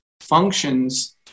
functions